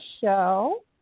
show